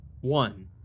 One